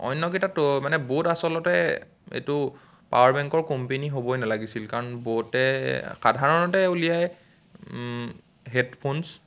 অন্যকেইটাতকৈ মানে ব'ট আচলতে এইটো পাৱাৰ বেংকৰ কোম্পেনী হ'বই নালাগিছিল কাৰণ ব'টে সাধাৰণতে উলিয়ায় হেডফোনছ্